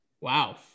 Wow